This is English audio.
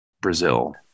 Brazil